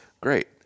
great